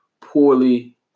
poorly